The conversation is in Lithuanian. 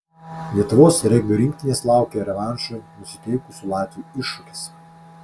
lietuvos regbio rinktinės laukia revanšui nusiteikusių latvių iššūkis